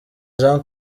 jean